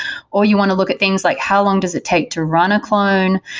or you want to look at things like how long does it take to run a clone?